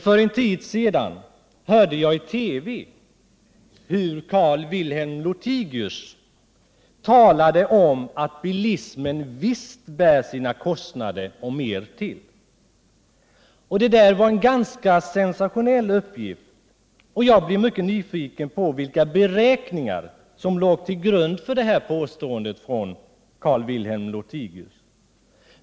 För en tid sedan hörde jag i TV Carl-Wilhelm Lothigius säga att bilismen visst bär sina kostnader och mer till. Det var en ganska sensationell uppgift, och jag blev väldigt nyfiken på vilka beräkningar som låg till grund för det påståendet.